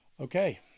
Okay